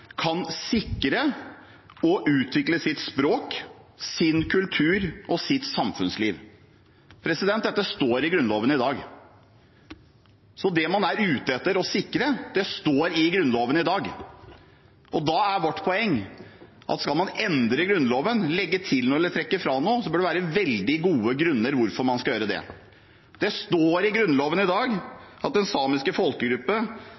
kan sikre og utvikle sitt språk, sin kultur og sitt samfunnsliv.» Dette står i Grunnloven i dag, så det man er ute etter å sikre, står i Grunnloven i dag. Vårt poeng er at skal man endre Grunnloven, legge til noe eller trekke fra noe, bør det være veldig gode grunner for hvorfor man skal gjøre det. Det står i Grunnloven i dag at «den samiske folkegruppe